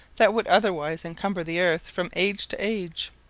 that would otherwise encumber the earth from age to age.